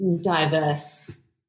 diverse